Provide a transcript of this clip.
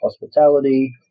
hospitality